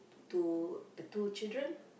to the two children